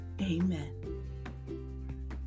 Amen